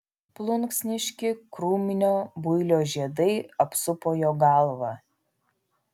plunksniški krūminio builio žiedai apsupo jo galvą